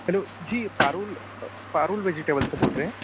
hello जी Parul Parul vegetable से बोल रहें हैं